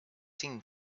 seem